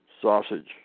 sausage